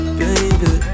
baby